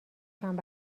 چند